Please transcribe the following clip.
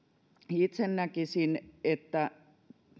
itse näkisin että